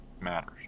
matters